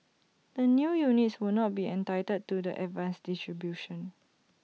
the new units will not be entitled to the advanced distribution